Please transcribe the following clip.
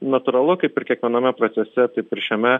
natūralu kaip ir kiekviename procese taip ir šiame